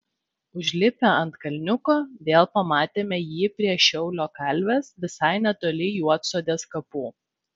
užlipę ant kalniuko vėl pamatėme jį prie šiaulio kalvės visai netoli juodsodės kapų